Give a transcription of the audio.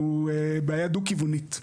זו בעיה דו-כיוונית.